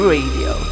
Radio